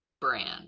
brand